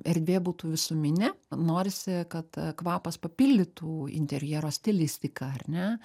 erdvė būtų visuminė norisi kad kvapas papildytų interjero stilistiką ar ne